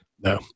no